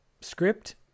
script